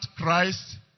Christ